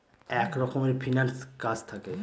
এক রকমের ফিন্যান্স কাজ থাকে